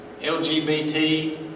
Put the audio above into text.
LGBT